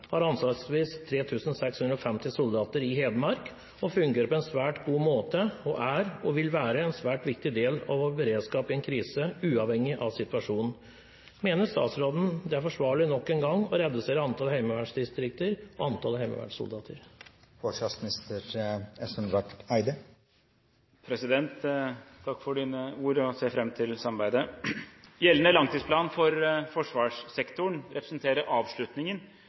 har anslagsvis 3 650 soldater i Hedmark og fungerer på en svært god måte, og er, og vil være, en svært viktig del av vår beredskap i en krise, uavhengig av situasjonen. Mener statsråden det er forsvarlig nok en gang å redusere antall HV-distrikter og antall HV-soldater?» Takk for dine ord, president. Jeg ser fram til samarbeidet. Gjeldende langtidsplan for forsvarssektoren representerer avslutningen